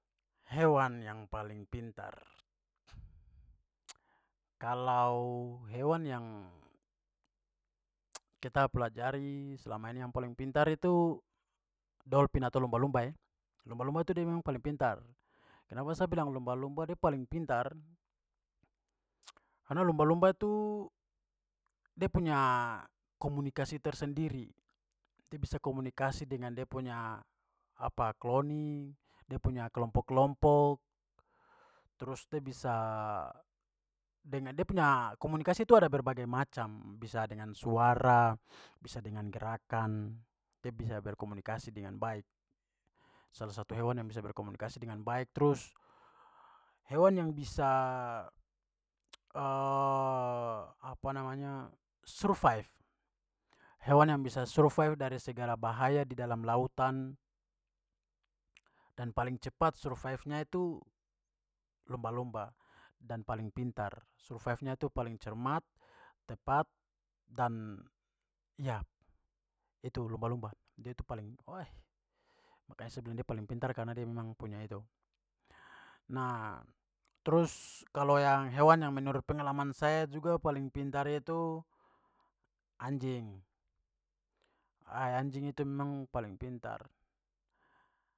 Hewan yang paling pintar. Kalau hewan yang paling kita pelajari selama ini yang paling pintar itu dolphin atau lumba-lumba e. Lumba-lumba itu da memang paling pintar. Kenapa sa bilang lumba-lumba da paling pintar karena lumba-lumba tu da punya komunikasi tersendiri. Dia bisa komunikasi dengan dia punya kloni, de punya kelompok-kelompok, trus de bisa dia punya komunikasi tu ada berbagai macam, bisa dengan suara, bisa dengan gerakan, dia bisa berkomunikasi dengan baik, salah satu hewan yang bisa berkomunikasi dengan baik. Trus hewan yang bisa apa namanya survive- hewan yang bisa survive dari segala bahaya di dalam lautan. Dan paling cepat survivenya itu lumba-lumba dan paling pintar. Survivenya itu paling cemat, tepat, dan ya itu lumba-lumba. Dia itu paling wih makanya sa bilang dia paling pintar karena dia memang punya itu. Nah, trus kalau yang hewan yang menurut pengalaman saya juga paling pintar itu anjing. anjing itu memang paling pintar.